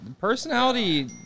Personality